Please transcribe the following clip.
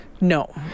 No